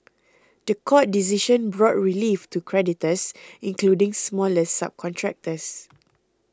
the court decision brought relief to creditors including smaller subcontractors